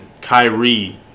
Kyrie